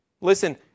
Listen